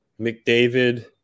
McDavid